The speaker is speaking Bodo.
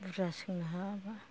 बुरजा सोंनो हायाबा